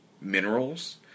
minerals